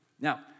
Now